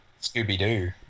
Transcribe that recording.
Scooby-Doo